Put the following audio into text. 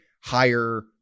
higher